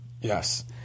Yes